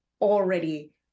already